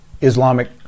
Islamic